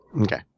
Okay